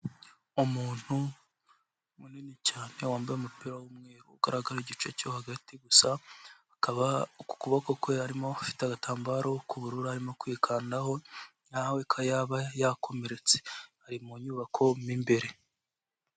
Umuntu munini cyane wambaye umupira w'umweru ugaragara igice cyo hagati gusa, akaba ku kuboko kwe arimo afite agatambaro k'ubururu arimo kwikandaho, nk'aho yaba yakomeretse, ari mu nyubako mo mbere.